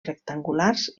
rectangulars